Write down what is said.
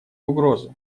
угрозы